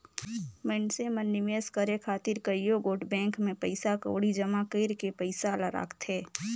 मइनसे मन निवेस करे खातिर कइयो गोट बेंक में पइसा कउड़ी जमा कइर के पइसा ल राखथें